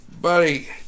buddy